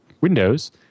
Windows